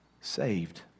saved